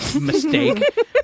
mistake